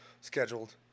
scheduled